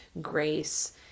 grace